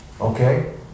Okay